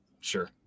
Sure